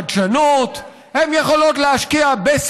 הן יכולות להשקיע בחדשנות,